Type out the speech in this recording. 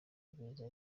beza